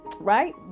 right